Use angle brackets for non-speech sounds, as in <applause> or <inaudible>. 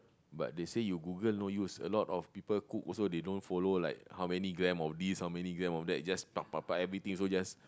but they say you Google no use a lot of people cook they also don't follow like how many gram of this how many gram of that everything just <noise> <noise> <noise> everything also just